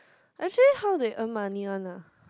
actually how they earn money one lah